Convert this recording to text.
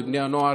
בבני הנוער,